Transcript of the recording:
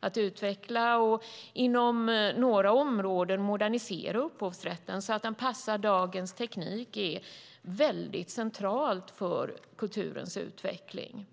Att utveckla och inom några områden modernisera upphovsrätten så att den passar dagens teknik är helt centralt för kulturens utveckling.